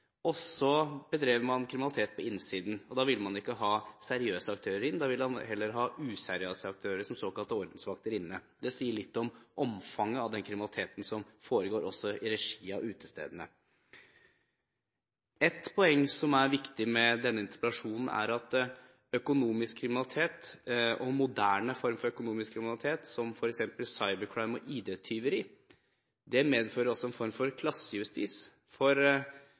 bedrev man kriminalitet på innsiden. Da vil man ikke ha seriøse aktører inn, da vil man heller ha useriøse aktører som såkalte ordensvakter inne. Det sier litt om omfanget av den kriminaliteten som foregår også i regi av utestedene. Et poeng som er viktig i forbindelse med denne interpellasjonen, er at moderne former for økonomisk kriminalitet, som f.eks. «cyber crime» og ID-tyveri, også medfører en form for klassejustis.